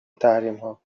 تحریما